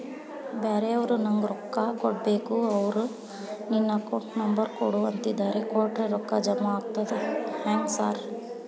ಬ್ಯಾರೆವರು ನಂಗ್ ರೊಕ್ಕಾ ಕೊಡ್ಬೇಕು ಅವ್ರು ನಿನ್ ಅಕೌಂಟ್ ನಂಬರ್ ಕೊಡು ಅಂತಿದ್ದಾರ ಕೊಟ್ರೆ ರೊಕ್ಕ ಜಮಾ ಆಗ್ತದಾ ಹೆಂಗ್ ಸಾರ್?